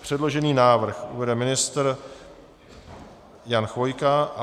Předložený návrh uvede ministr Jan Chvojka.